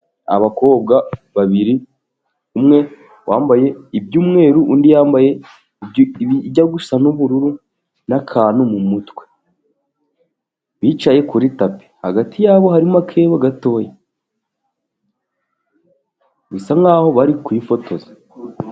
Abakobwa babiri umwe wambaye iby'umweru, undi yambaye ijya gusa n'uburu n'akantu mu mutwe. Bicaye kuri tapi hagati yabo harimo akebo gatoya. Bisa nk'aho bari kwifotoza.